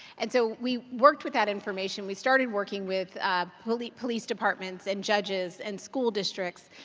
and so we worked with that information. we started working with police police departments and judges and school districts.